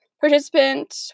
participant